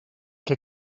què